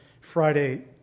Friday